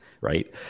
right